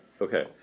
Okay